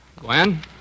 Gwen